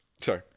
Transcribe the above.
Sorry